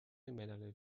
ملل